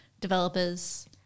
developers